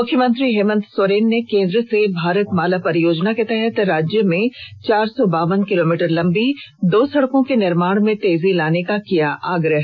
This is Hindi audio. मुख्यमंत्री हेमंत सोरेन ने केंद्र से भारत माला परियोजना के तहत राज्य में चार सौ बावन किलोमीटर लंबी दो सड़कों के निर्माण में तेजी लाने का किया आग्रह